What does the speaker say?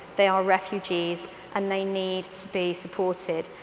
they are refugees and they need to be supported.